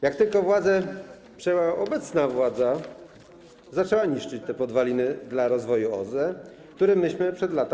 Jak tylko władzę przejęła obecna władza, zaczęła niszczyć te podwaliny dla rozwoju OZE, które my budowaliśmy przez lata.